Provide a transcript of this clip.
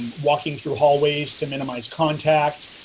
walking through hallways to minimize contact,